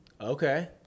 Okay